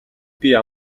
бие